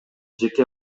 жеке